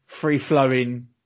free-flowing